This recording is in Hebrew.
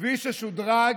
כביש ששודרג